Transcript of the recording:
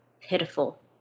pitiful